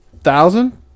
thousand